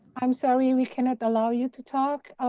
i'm sorry, we cannot allow you to talk.